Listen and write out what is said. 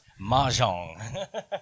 Mahjong